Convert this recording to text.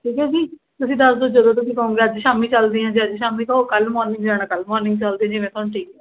ਠੀਕ ਹੈ ਜੀ ਤੁਸੀਂ ਦੱਸ ਦਿਉ ਜਦੋਂ ਤੁਸੀਂ ਕਹੋਗੇ ਅੱਜ ਸ਼ਾਮੀ ਚੱਲਦੇ ਹਾਂ ਜੇ ਅੱਜ ਸ਼ਾਮੀ ਕਹੋ ਕੱਲ ਮੋਰਨਿੰਗ ਜਾਣਾ ਕੱਲ ਮੋਰਨਿੰਗ ਚਲਦੇ ਜਿਵੇਂ ਤੁਹਾਨੂੰ ਠੀਕ ਲੱਗਦਾ